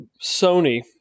Sony